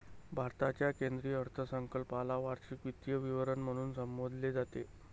भारताच्या केंद्रीय अर्थसंकल्पाला वार्षिक वित्तीय विवरण म्हणून संबोधले जाते